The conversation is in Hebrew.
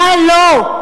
מה לא?